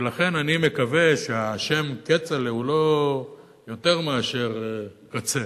לכן, אני מקווה שהשם כצל'ה הוא לא יותר מאשר קצה,